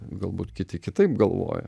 galbūt kiti kitaip galvoja